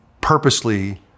purposely